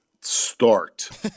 start